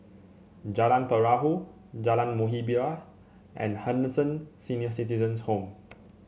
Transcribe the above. Jalan Perahu Jalan Muhibbah and Henderson Senior Citizens' Home